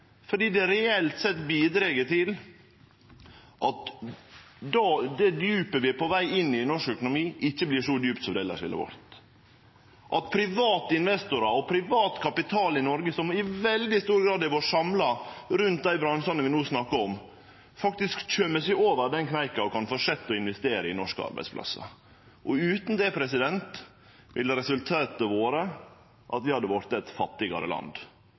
fordi det reelt sett bidreg til at det djupet vi er på veg inn i i norsk økonomi, ikkje vert så djupt som det elles ville vore, og at private investorar og privat kapital i Noreg, som i veldig stor grad har vore samla rundt dei bransjane vi no snakkar om, faktisk kjem seg over den kneika og kan fortsetje å investere i norske arbeidsplassar. Utan det ville resultatet vore at vi hadde blitt eit fattigare land.